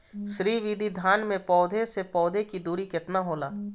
श्री विधि धान में पौधे से पौधे के दुरी केतना होला?